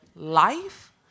life